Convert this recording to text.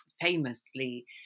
famously